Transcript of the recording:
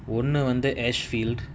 ஒன்னு வந்து:onnu vanthu ash field